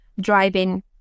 driving